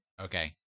Okay